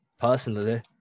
personally